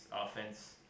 offense